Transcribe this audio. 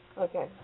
Okay